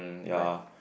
mm ya